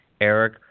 Eric